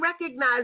recognize